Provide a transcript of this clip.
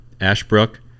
Ashbrook